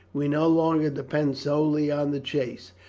we no longer depend solely on the chase,